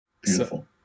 beautiful